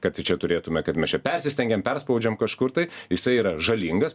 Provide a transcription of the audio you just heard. kad čia turėtume kad mes čia persistengiam perspaudžiam kažkur tai jisai yra žalingas